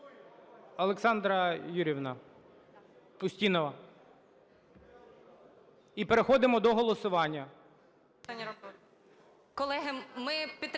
Олександра Юріївна Устінова. І переходимо до голосування.